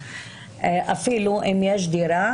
אפילו אם יש דירה,